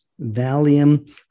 Valium